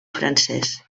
francès